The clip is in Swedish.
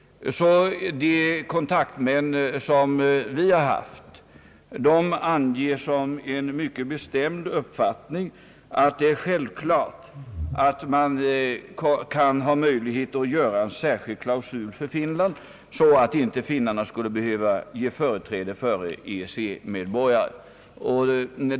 De kontaktmän som vi har haft anger som sin mycket bestämda uppfattning att det är självklart att man har möjlighet att göra en särskild klausul för Finland, så att inte finnarna skulle behöva ge företräde åt EEC-medborgare.